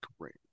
Great